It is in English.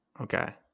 Okay